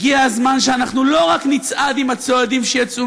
הגיע הזמן שלא רק נצעד עם הצועדים שיצאו